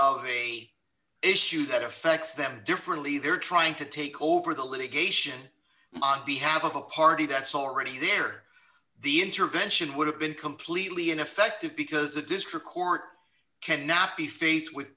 the issue that affects them differently they're trying to take over the litigation on the have a party that's already there the intervention would have been completely ineffective because a district court cannot be faced with